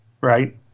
right